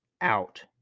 out